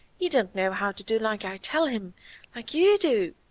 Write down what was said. he don't know how to do like i tell him like you do.